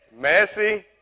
Messi